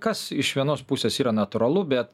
kas iš vienos pusės yra natūralu bet